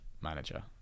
manager